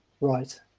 Right